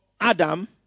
adam